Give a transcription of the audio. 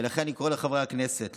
לכן אני קורא לחברי הכנסת,